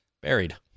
buried